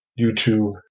YouTube